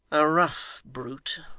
a rough brute.